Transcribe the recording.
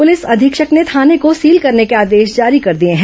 police अधीक्षक ने थाने को सील करने के आदेश जारी कर दिए हैं